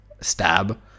Stab